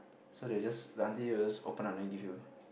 so they just the auntie will just open up then give you